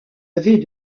avait